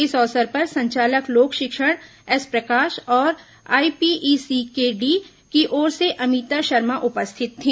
इस अवसर पर संचालक लोक शिक्षण एस प्रकाश और आईपीईसी केडी की ओर से अमिता शर्मा उपस्थित थी